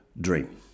dream